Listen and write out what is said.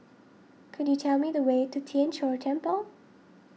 could you tell me the way to Tien Chor Temple